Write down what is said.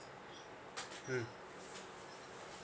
mm